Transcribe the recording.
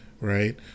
right